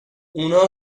اونها